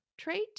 trait